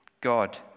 God